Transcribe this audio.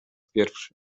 pierwszy